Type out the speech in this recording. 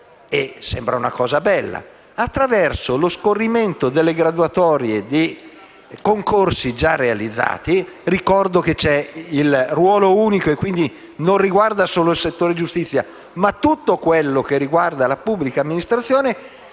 - sembrerebbe una cosa bella - attraverso lo scorrimento di graduatorie di concorsi già realizzati - ricordo che c'è il ruolo unico e, quindi, non riguarda solo il settore giustizia, ma tutta la pubblica amministrazione